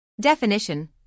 Definition